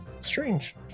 strange